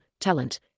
talent